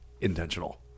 intentional